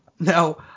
Now